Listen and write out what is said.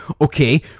okay